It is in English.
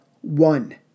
one